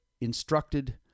instructed